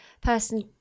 person